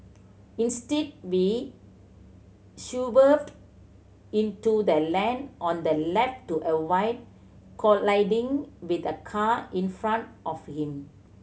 instead be into the lane on the left to avoid colliding with the car in front of him